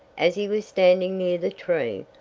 as he was standing near the tree,